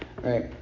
right